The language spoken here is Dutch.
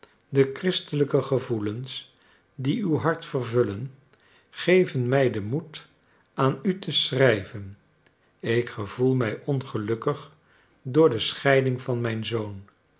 de christelijke gevoelens die uw hart vervullen geven mij den moed aan u te schrijven ik gevoel mij ongelukkig door de scheiding van mijn zoon